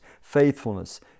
faithfulness